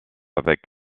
avec